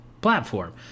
platform